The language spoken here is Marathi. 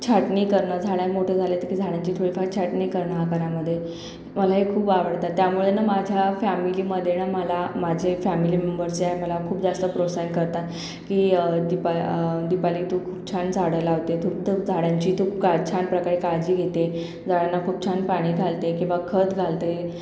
झाडं मोठे झाले की झाडांची थोडीफार छाटणी करणार बागांमध्ये मला हे खूप आवडतं त्यामुळे ना माझ्या फॅमिलीमध्ये मला ना माझे फॅमिली मेंबर्सचे आहे खूप जास्त प्रोत्साहित करतात की दीपा दीपाली तू खूप छान झाडं लावते तू उत्तम झाडांची तू खूप छान प्रकारे काळजी घेते झाडांना खूप छान पाणी घालते किंवा खत घालते